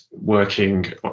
working